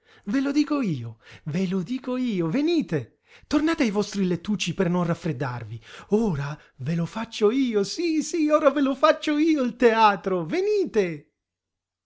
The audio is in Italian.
ve lo dico io ve lo dico io venite tornate ai vostri lettucci per non raffreddarvi ora ve lo faccio io sí sí ora ve lo faccio io il teatro venite